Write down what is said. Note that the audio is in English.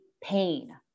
pain